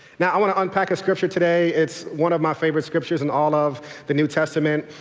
now i want to unpack a scripture today, it's one of my favorite scriptures in all of the new testament.